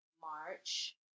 March